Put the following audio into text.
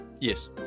Yes